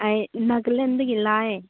ꯑꯩ ꯅꯥꯒꯥꯂꯦꯟꯗꯒꯤ ꯂꯥꯛꯑꯦ